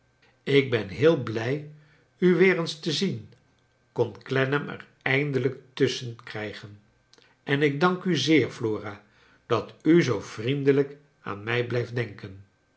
ik ben heel blij u weer eens te zien kon clennam er eindelijk tusschen krijgen en ik dank u zeer flora dat u zoo vriendelijk aan mij blij ft denken